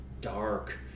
dark